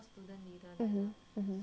mmhmm mmhmm